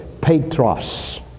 Petros